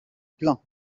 plein